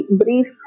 brief